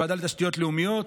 ועדה לתשתיות לאומיות,